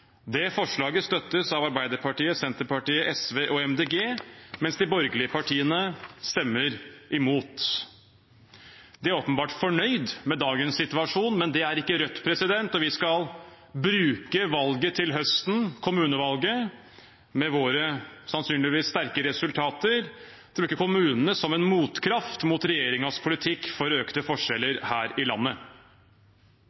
Det forslaget støttes av Arbeiderpartiet, Senterpartiet, SV og Miljøpartiet De Grønne, mens de borgerlige partiene stemmer imot. De er åpenbart fornøyd med dagens situasjon. Det er ikke Rødt, og vi skal bruke kommunevalget til høsten, med våre sannsynligvis sterke resultater, til å bruke kommunene som en motkraft mot regjeringens politikk for økte forskjeller